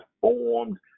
formed